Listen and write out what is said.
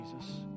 Jesus